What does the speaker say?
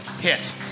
Hit